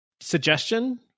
suggestion